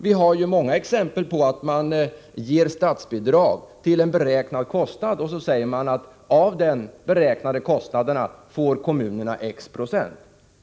Vi har ju många exempel på att man ger statsbidrag till en beräknad kostnad och sedan säger att av den beräknade kostnaden får kommunerna x 20.